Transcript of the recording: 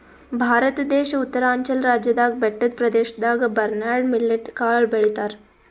ಭಾರತ ದೇಶ್ ಉತ್ತರಾಂಚಲ್ ರಾಜ್ಯದಾಗ್ ಬೆಟ್ಟದ್ ಪ್ರದೇಶದಾಗ್ ಬರ್ನ್ಯಾರ್ಡ್ ಮಿಲ್ಲೆಟ್ ಕಾಳ್ ಬೆಳಿತಾರ್